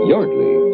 Yardley